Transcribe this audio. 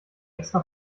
extra